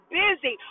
busy